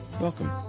Welcome